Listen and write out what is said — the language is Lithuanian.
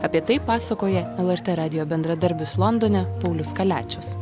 apie tai pasakoja lrt radijo bendradarbis londone paulius kaliačius